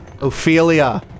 Ophelia